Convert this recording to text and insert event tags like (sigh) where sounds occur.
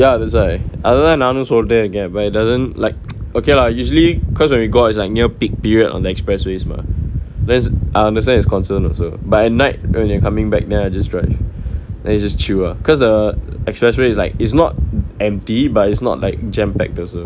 ya that's why அதுதா நானு சொல்ட்டே இருக்கேன்:athuthaa naanu soltae irukkaen but he doesn't like (noise) okay lah usually cause when we go out it's like near peak period on the expressways mah I understand his concern also but at night when we're coming back then I just drive then he just chill ah cause the expressway is like it's not empty but it's not like jam packed also